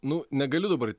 nu negaliu dabar